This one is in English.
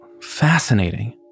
fascinating